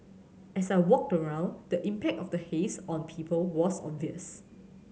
as I walked around the impact of the haze on people was obvious